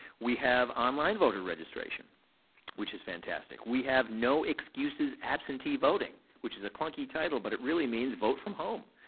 we have online voter registration which is fantastic. we have no excuses absentee voting which is a clunky title but it really means vote from home.